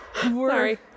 Sorry